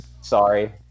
sorry